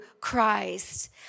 Christ